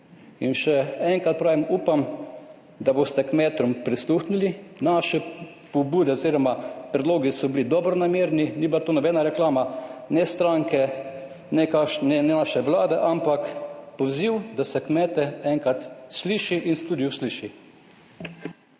In še enkrat pravim, upam, da boste kmetom prisluhnili. Naše pobude oziroma predlogi so bili dobronamerni. Ni bila to nobena reklama ne stranke, ne kakšne, ne naše vlade, ampak poziv, da se kmete enkrat sliši in tudi usliši.